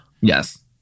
Yes